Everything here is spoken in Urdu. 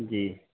جی